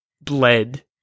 bled